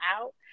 out